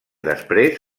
després